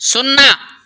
సున్నా